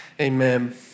Amen